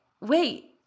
wait